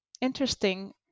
interesting